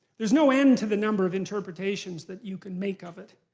there's no end to the number of interpretations that you can make of it.